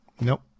Nope